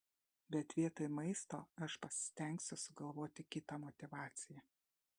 bet vietoj maisto aš pasistengsiu sugalvoti kitą motyvaciją